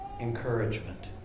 encouragement